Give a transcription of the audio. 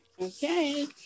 Okay